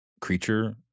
creature –